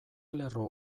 lerro